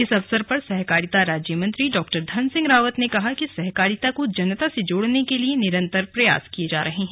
इस अवसर पर सहकारिता राज्य मंत्री डॉ धन सिंह रावत ने कहा कि सहकारिता को जनता से र्जोड़ने के लिए निरन्तर प्रयास किये जा रहे हैं